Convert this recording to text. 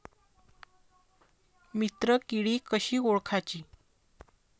मित्र किडी कशी ओळखाची?